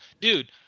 dude